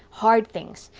hard things.